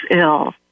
ill